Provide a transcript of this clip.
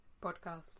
podcast